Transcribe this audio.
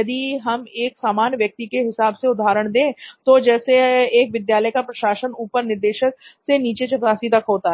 यदि हम एक सामान्य व्यक्ति के हिसाब से उदाहरण दें तो जैसे एक विद्यालय का प्रशासन ऊपर निदेशक से लेकर नीचे चपरासी तक होता है